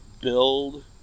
build